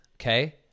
okay